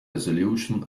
resolution